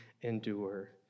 endure